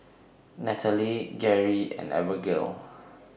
Nathaly Geri and Abigayle